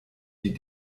die